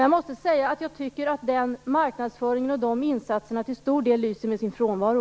Jag tycker att den marknadsföringen och de insatserna till stor del lyser med sin frånvaro.